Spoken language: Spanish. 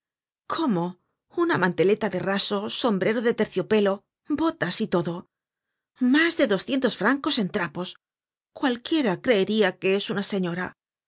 cómo una manteleta de raso sombrero de terciopelo botas y todo mas de doscientos francos en trapos cualquiera creeria que es una señora